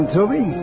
Toby